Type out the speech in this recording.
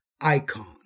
icon